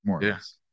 Yes